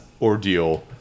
ordeal